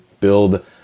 build